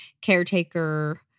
caretaker